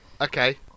Okay